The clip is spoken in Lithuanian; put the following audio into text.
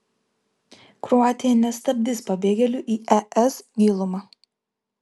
kroatija nestabdys pabėgėlių į es gilumą